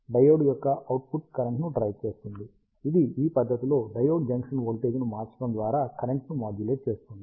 diode యొక్క output కరెంట్ను drive చేస్తుంది ఇది ఈ పద్ధతిలో డయోడ్ జంక్షన్ వోల్టేజ్ను మార్చడం ద్వారా కరెంట్ను మాడ్యులేట్ చేస్తుంది